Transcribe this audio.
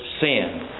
sin